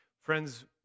Friends